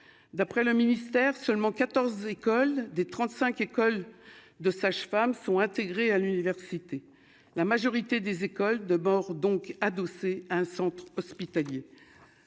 d'après le ministère, seulement 14 écoles des 35, école de sage-femme sont intégrés à l'université, la majorité des écoles de bord donc adossé un centre hospitalier,